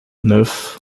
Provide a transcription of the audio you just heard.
neuf